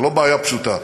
ולא בעיה פשוטה.